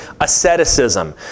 asceticism